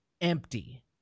empty